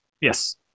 Yes